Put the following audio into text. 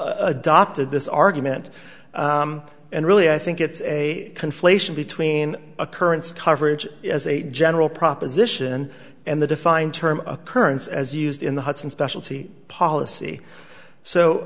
adopted this argument and really i think it's a conflation between occurrence coverage as a general proposition and the defined term occurrence as used in the hudson specialty policy so